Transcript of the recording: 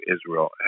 Israel